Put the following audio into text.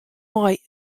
mei